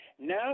Now